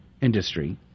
industry